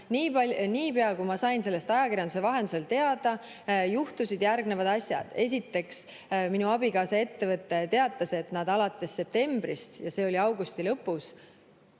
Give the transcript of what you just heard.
niipea, kui ma sain sellest ajakirjanduse vahendusel teada, juhtusid järgnevad asjad: esiteks, minu abikaasa ettevõte teatas, et nad alates septembrist – ja see oli augusti lõpus